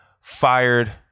fired